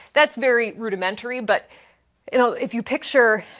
that's very rudimentary, but you know if you picture,